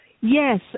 Yes